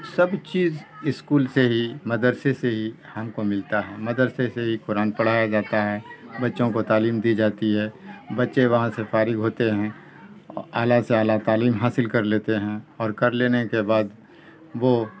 سب چیز اسکول سے ہی مدرسے سے ہی ہم کو ملتا ہے مدرسے سے ہی قرآن پڑھایا جاتا ہے بچوں کو تعلیم دی جاتی ہے بچے وہاں سے فارغ ہوتے ہیں اعلیٰ سے اعلیٰ تعلیم حاصل کر لیتے ہیں اور کر لینے کے بعد وہ